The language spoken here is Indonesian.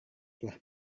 telah